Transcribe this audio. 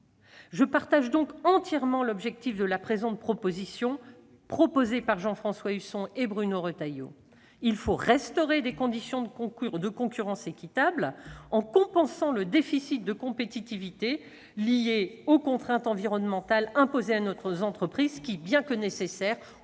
Je partage donc entièrement l'objectif de la proposition de résolution de Jean-François Husson et Bruno Retailleau : il faut restaurer des conditions de concurrence équitables, en compensant le déficit de compétitivité résultant des contraintes environnementales imposées à nos entreprises. Même si ces dernières